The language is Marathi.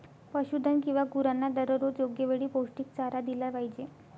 पशुधन किंवा गुरांना दररोज योग्य वेळी पौष्टिक चारा दिला पाहिजे